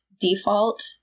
default